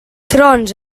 trons